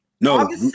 no